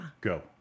Go